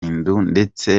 ndetse